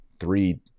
three